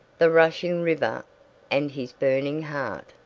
the rushing river and his burning heart.